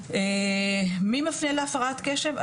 מי מפנה להפרעת קשב?